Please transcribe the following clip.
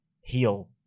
heal